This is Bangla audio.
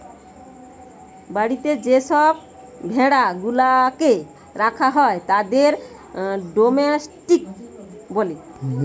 বাড়িতে যে সব ভেড়া গুলাকে রাখা হয় তাদের ডোমেস্টিক বলে